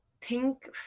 Pink